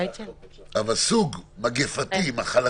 אבל למגפה, מחלה